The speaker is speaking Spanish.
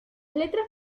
letras